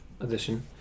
edition